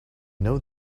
know